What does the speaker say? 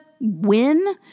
win